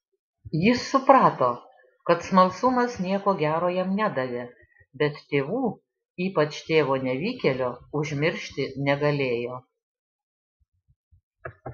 jis suprato kad smalsumas nieko gero jam nedavė bet tėvų ypač tėvo nevykėlio užmiršti negalėjo